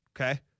Okay